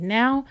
now